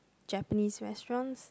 Japanese restaurants